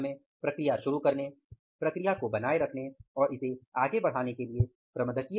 फिर हमें प्रक्रिया शुरू करने प्रक्रिया को बनाए रखने और इसे आगे बढ़ाने के लिए प्रबंधकीय प्रयासों की आवश्यकता है